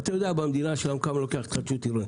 אתה יודע במדינה שלנו כמה לוקח התחדשות עירונית,